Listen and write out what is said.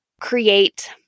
create